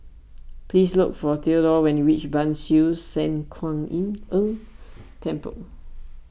please look for theodore when you reach Ban Siew San Kuan Im Tng Temple